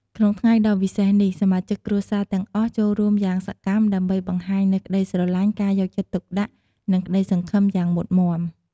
ក្នុងថ្ងៃដ៏វិសេសនេះ សមាជិកគ្រួសារទាំងអស់ចូលរួមយ៉ាងសកម្មដើម្បីបង្ហាញនូវក្ដីស្រឡាញ់ ការយកចិត្តទុកដាក់ និងក្តីសង្ឃឹមយ៉ាងមុតមាំ។